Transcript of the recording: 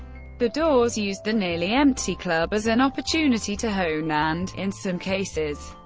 the doors used the nearly empty club as an opportunity to hone and, in some cases,